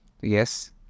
Yes